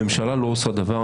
הממשלה לא עושה דבר,